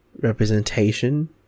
representation